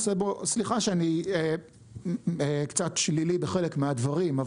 סליחה שאני קצת שלילי בחלק מן הדברים.